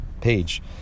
page